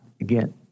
Again